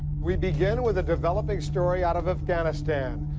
we begin with a developing story out of afghanistan.